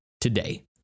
today